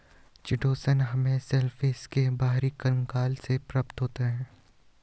chitosan हमें shellfish के बाहरी कंकाल से प्राप्त होता है